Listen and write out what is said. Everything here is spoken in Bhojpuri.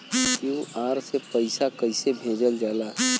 क्यू.आर से पैसा कैसे भेजल जाला?